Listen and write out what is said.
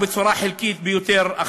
רק בצורה חלקית ביותר.